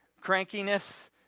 crankiness